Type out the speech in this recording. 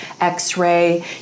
x-ray